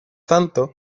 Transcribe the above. tanto